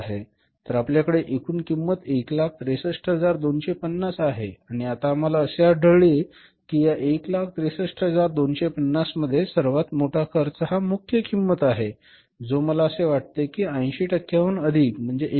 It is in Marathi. तर आपल्याकडे एकूण किंमत 163250 आहे आणि आता आम्हाला असे आढळले आहे की या 163250 मध्ये सर्वात मोठा खर्च हा मुख्य किंमत आहे जो मला असे वाटते की 80 टक्क्यांहून अधिक म्हणजे रु